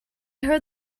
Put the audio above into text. heard